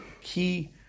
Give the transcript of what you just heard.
key